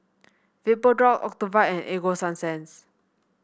Vapodrops Ocuvite and Ego Sunsense